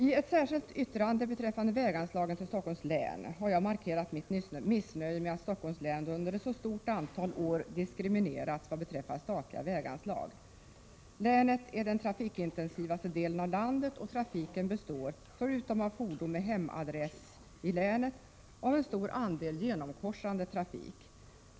I ett särskilt yttrande beträffande väganslagen till Stockholms län har jag markerat mitt missnöje med att Stockholms län under ett så stort antal år har diskriminerats vad beträffar statliga väganslag. Länet är den trafikintensivaste delen av landet, och trafiken består, förutom av fordon med hemadress inom länet, av en stor andel genomkorsande trafik.